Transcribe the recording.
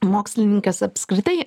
mokslininkes apskritai